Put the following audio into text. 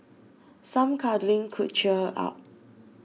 some cuddling could cheer her up